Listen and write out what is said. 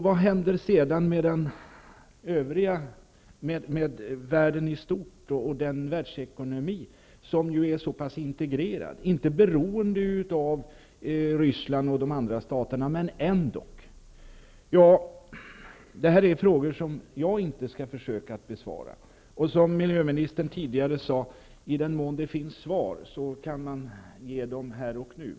Vad händer sedan med världen i stort och den världsekonomi som är så pass integrerad, inte beroende av Ryssland och de andra staterna, men ändå? Detta är frågor som jag inte skall försöka besvara. Och, som miljöministern tidigare sade, i den mån som det finns svar kan man ge dem här och nu.